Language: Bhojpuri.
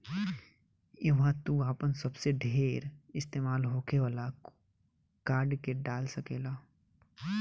इहवा तू आपन सबसे ढेर इस्तेमाल होखे वाला कार्ड के डाल सकेल